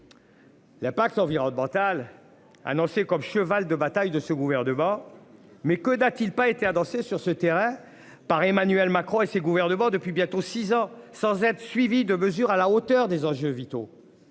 L'impact environnemental. Annoncé comme cheval de bataille de ce gouvernement. Mais que n'a-t-il pas été à danser sur ce terrain par Emmanuel Macron et ses gouvernements depuis bientôt 6 ans, sans être suivi de mesures à la hauteur des enjeux vitaux.